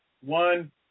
one